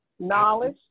Knowledge